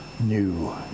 new